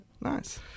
Nice